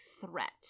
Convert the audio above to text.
threat